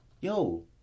yo